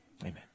Amen